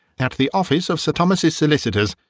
at the office of sir thomas's solicitors,